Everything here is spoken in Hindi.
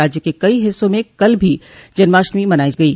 राज्य के कई हिस्सों में कल भी जन्माष्टमी मनायी गयी